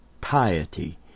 piety